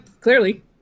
clearly